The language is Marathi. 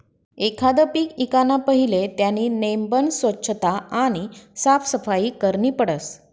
एखांद पीक ईकाना पहिले त्यानी नेमबन सोच्छता आणि साफसफाई करनी पडस